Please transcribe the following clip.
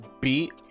beat